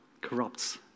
corrupts